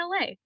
LA